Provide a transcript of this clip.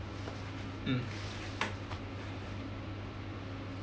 mm